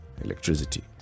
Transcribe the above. electricity